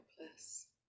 helpless